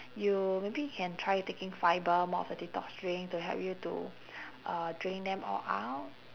you maybe can try taking fibre more of a detox drink to help you to uh drain them all out